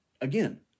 Again